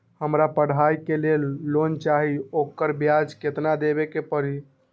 हमरा पढ़ाई के लेल लोन चाहि, ओकर ब्याज केतना दबे के परी?